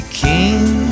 king